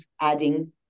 adding